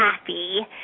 happy